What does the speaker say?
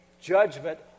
judgment